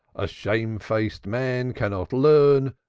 a shamefaced man cannot learn,